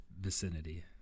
vicinity